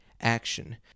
action